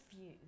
view